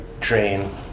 train